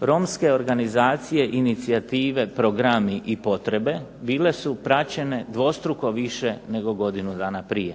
romske organizacije, inicijative, programi i potrebe bile su praćene dvostruko više nego godinu dana prije.